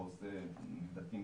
אפשר לשתף את המצגת?